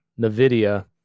Nvidia